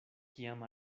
kiam